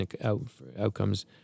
outcomes